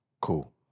Cool